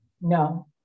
No